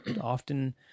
often